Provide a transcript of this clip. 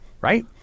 right